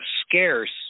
scarce